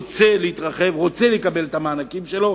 והוא רוצה להתרחב ולקבל את המענקים שלו,